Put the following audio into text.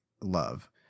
love